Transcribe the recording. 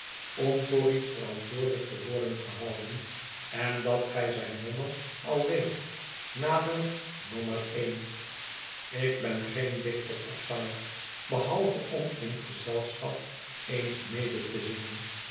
om voor iets verantwoordelijk te worden gehouden en dat gij zijn nommer al weet namelijk nommer een ik ben geen dichter of zanger behalve orn in gezelschap eens mede te zingen